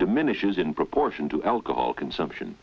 diminishes in proportion to alcohol consumption